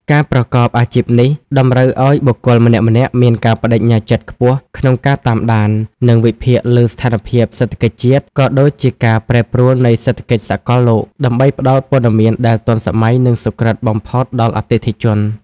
ការប្រកបអាជីពនេះតម្រូវឱ្យបុគ្គលម្នាក់ៗមានការប្ដេជ្ញាចិត្តខ្ពស់ក្នុងការតាមដាន និងវិភាគលើស្ថានភាពសេដ្ឋកិច្ចជាតិ ក៏ដូចជាការប្រែប្រួលនៃសេដ្ឋកិច្ចសកលលោក ដើម្បីផ្ដល់ព័ត៌មានដែលទាន់សម័យ និងសុក្រឹតបំផុតដល់អតិថិជន។